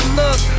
look